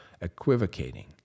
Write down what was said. equivocating